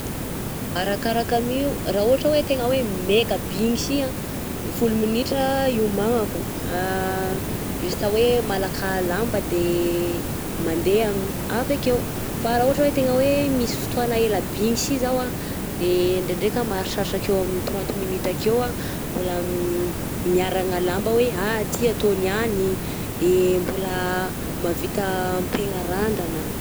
Arakaraka mi io ra ohatra hoe tegna hoe meka be igny si a de folo minitra hiomanako juste hoe malaka lamba de mande ami- ava akeo, fa ra ohatra oe tena hoe misy fotoana elabe igny sy zaho, de ndraindraika ah maharitraritra akeo amin'ny trente minitra akeo mbola miarana lamba oe ty atao niany mbola mavita mipegna randrana.